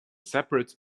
separate